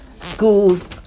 schools